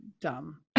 dumb